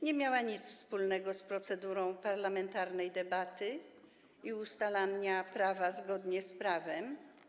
Nie miała nic wspólnego z procedurą parlamentarnej debaty i ustalania prawa zgodnie z prawem.